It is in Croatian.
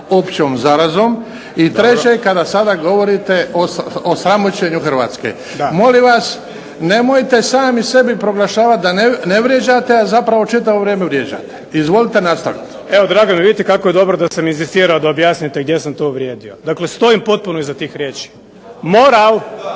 općom zarazom. I treće, kada sada govorite o sramoćenju Hrvatske. Molim vas, nemojte sami sebi proglašavati da ne vrijeđate, a zapravo čitavo vrijeme vrijeđate. Izvolite nastaviti. **Milanović, Zoran (SDP)** Evo drago mi je, vidite kako je dobro da sam inzistirao da objasnite gdje sam to uvrijedio. Dakle stojim potpuno iza tih riječi. Moral,